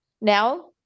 now